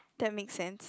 that make sense